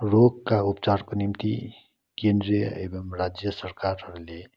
रोगका उपचारको निम्ति केन्द्रीय एवम् राज्य सरकारहरूले